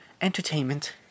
entertainment